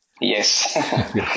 Yes